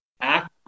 act